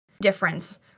difference